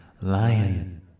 Lion